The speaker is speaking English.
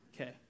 Okay